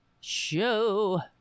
show